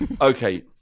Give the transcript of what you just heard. okay